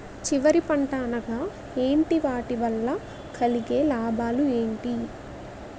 చివరి పంట అనగా ఏంటి వాటి వల్ల కలిగే లాభాలు ఏంటి